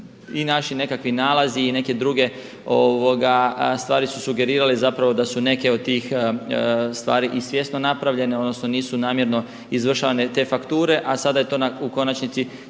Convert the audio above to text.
i naši nekakvi nalazi i neke druge stvari su sugerirale da su neke od tih stvari i svjesno napravljene odnosno nisu namjerno izvršavane te fakture, a sada je to u konačnici